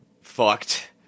fucked